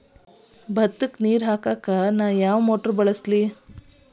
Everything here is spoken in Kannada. ಭತ್ತಕ್ಕ ನೇರ ಹಾಕಾಕ್ ನಾ ಯಾವ್ ಮೋಟರ್ ಬಳಸ್ಲಿ?